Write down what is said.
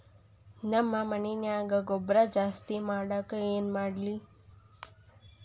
ನಮ್ಮ ಮಣ್ಣಿನ್ಯಾಗ ಗೊಬ್ರಾ ಜಾಸ್ತಿ ಮಾಡಾಕ ಏನ್ ಮಾಡ್ಲಿ?